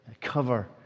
cover